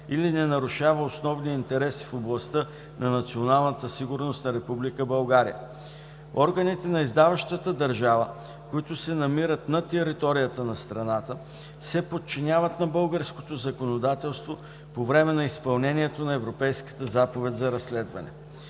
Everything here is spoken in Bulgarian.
националната сигурност на Република България. Органите на издаващата държава, които се намират на територията на страната, се подчиняват на българското законодателство по време на изпълнението на Европейската заповед за разследване.